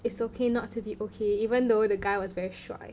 it's okay not to be okay even though the guy was very 帅